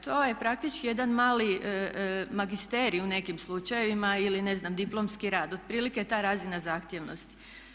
To je praktički jedan mali magisterij u nekim slučajevima ili ne znam diplomski rad, otprilike ta razina zahtjevnosti.